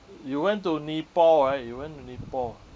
you went to nepal right you went to nepal